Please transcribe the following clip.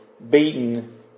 Beaten